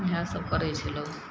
इएहसब करै छै लोक